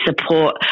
support